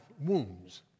wounds